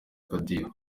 akadiho